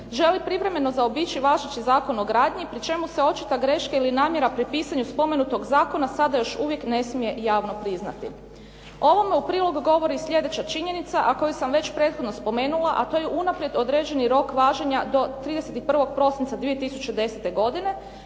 želi privremeno zaobići važeći Zakon o gradnji pri čemu se očita greška ili namjera pri pisanju spomenutog zakona sada još uvijek ne smije javno priznati. Ovome u prilog govori sljedeća činjenica, a koju sam već prethodno spomenula, a to je unaprijed određeni rok važenja do 31. prosinca 2010. godine,